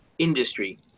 industry